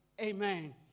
Amen